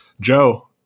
Joe